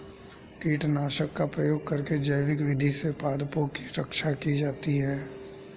कीटनाशकों का प्रयोग करके जैविक विधि से पादपों की रक्षा की जाती है